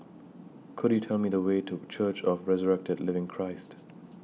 Could YOU Tell Me The Way to Church of The Resurrected Living Christ